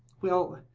well,